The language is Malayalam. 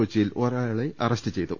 കൊച്ചിയിൽ ഒരാളെ അറസ്റ്റ് ചെയ്തു